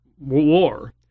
war